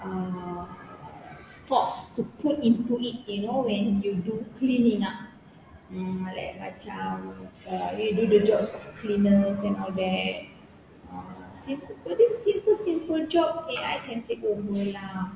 uh thoughts to put into it you know when you do cleaning up um like macam uh you do the job cleaners and all that uh simple simple job A_I can take over lah